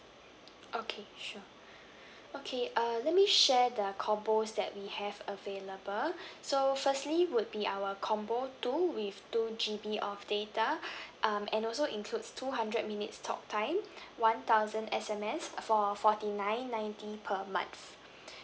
okay sure okay uh let me share the combos that we have available so firstly would be our combo two with two G_B of data um and also includes two hundred minutes talk time one thousand S_M_S uh for forty nine ninety per month